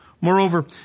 Moreover